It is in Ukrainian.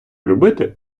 любити